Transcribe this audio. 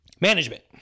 Management